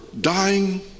dying